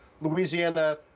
louisiana